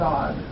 God